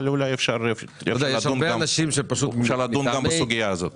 אולי אפשר לדון גם בסוגיה הזאת.